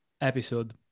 episode